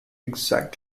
exact